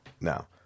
Now